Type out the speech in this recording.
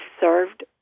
served